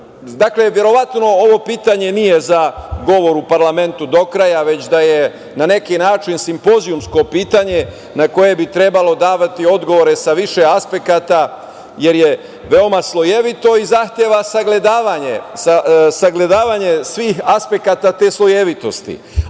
Dakle, verovatno ovo pitanje nije za govor u parlamentu do kraja, već da je na neki način simpozijumsko pitanje na koje bi trebalo davati odgovore sa više aspekata, jer je veoma slojevito i zahteva sagledavanje svih aspekata te slojevitosti,